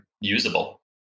usable